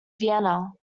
vienna